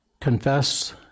confess